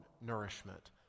nourishment